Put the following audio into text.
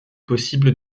possible